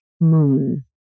moon